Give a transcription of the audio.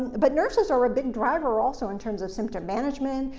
but nurses are a big driver also in terms of symptom management,